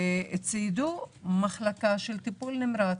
וציידו מחלקה של טיפול נמרץ,